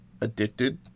addicted